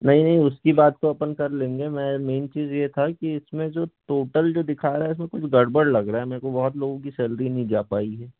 नहीं नहीं उसकी बात तो अपन कर लेंगे मैं मेन चीज़ ये था कि इसमें जो टोटल जो दिखा रहा है इसमें कुछ गड़गड़ लग रहा है मेरे को बहुत लोगों की सैलरी नहीं जा पाई है